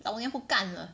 老娘不干了